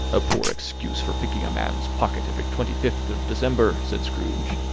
a poor excuse for picking a man's pocket every twenty-fifth of december! said scrooge,